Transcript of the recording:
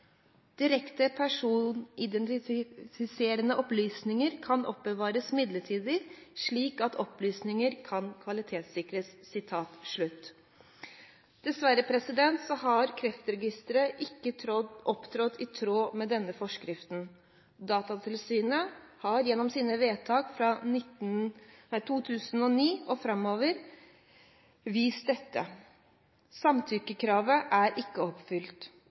Direkte personidentifiserende opplysninger kan oppbevares midlertidig slik at opplysningene kan kvalitetssikres.» Dessverre har Kreftregisteret ikke opptrådt i tråd med denne forskriften. Datatilsynet har gjennom sine vedtak fra 2009 og framover vist dette. Samtykkekravet er ikke oppfylt,